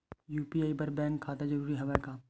UPI बर bank खाता जरूरी हवय का?